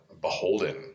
beholden